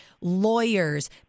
lawyers